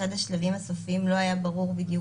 ממש עד השלבים הסופיים לא היה ברור בדיוק